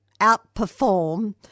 outperform